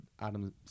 Adam